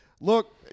Look